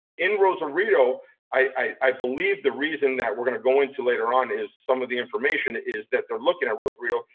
in rosarito i believe the reason, that we're gonna go into later on, is some of the information is that they're looking at rosarito,